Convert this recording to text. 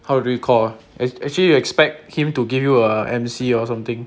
how would you call it actually you expect him to give you a M_C or something